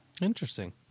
Interesting